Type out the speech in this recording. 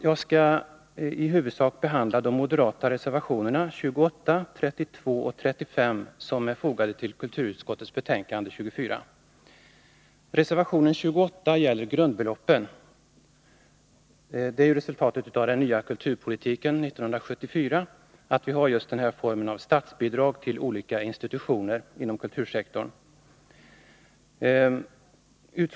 Jag skall i huvudsak behandla de moderata reservationerna 28, 32 och 35, som är fogade till kulturutskottets betänkande 24. Reservation 28 gäller grundbeloppen. Ett resultat av kulturpolitiken från 1974 är bl.a. att vi har just denna form av statsbidrag till olika institutioner inom kultursektorn.